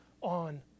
on